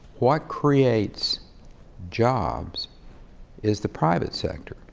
what creates jobs is the private sector.